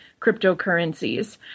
cryptocurrencies